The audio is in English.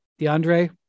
DeAndre